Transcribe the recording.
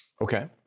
Okay